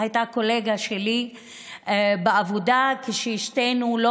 והיא הייתה קולגה שלי בעבודה כששתינו לא